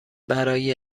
برای